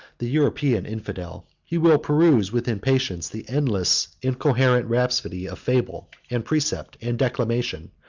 the european infidel he will peruse with impatience the endless incoherent rhapsody of fable, and precept, and declamation,